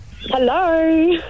hello